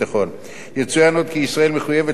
יצוין עוד כי ישראל מחויבת לנקוט סנקציות